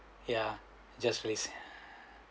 ya just released